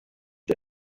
the